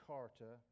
Carta